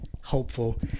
hopeful